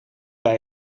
bij